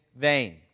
vain